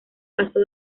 pasó